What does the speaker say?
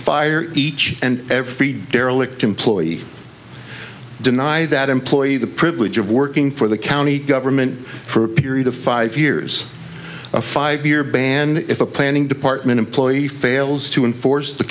fire each and every derelict employee deny that employee the privilege of working for the county government for a period of five years a five year ban if a planning department employee fails to enforce the